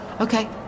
okay